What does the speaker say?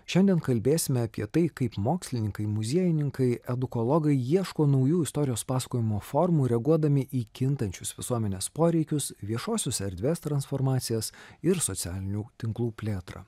šiandien kalbėsime apie tai kaip mokslininkai muziejininkai edukologai ieško naujų istorijos pasakojimo formų reaguodami į kintančius visuomenės poreikius viešosios erdvės transformacijas ir socialinių tinklų plėtrą